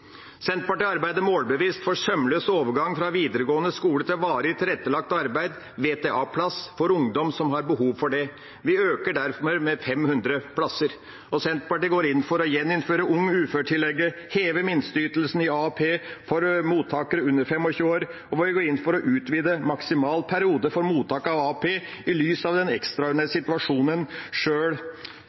Senterpartiet arbeider målbevisst for sømløs overgang fra videregående skole til varig tilrettelagt arbeid, VTA-plass, for ungdom som har behov for det. Vi øker derfor med 500 plasser. Senterpartiet går inn for å gjeninnføre Ung ufør-tillegget, heve minsteytelsen i AAP for mottakere under 25 år. Vi går inn for å utvide maksimal periode for mottak av AAP i lys av den ekstraordinære situasjonen,